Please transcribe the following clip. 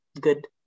good